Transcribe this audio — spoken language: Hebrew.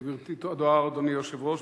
תודה, אדוני היושב-ראש.